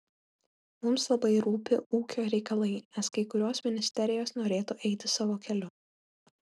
mums labai rūpi ūkio reikalai nes kai kurios ministerijos norėtų eiti savo keliu